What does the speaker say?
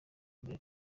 mbere